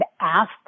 asked